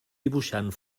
dibuixant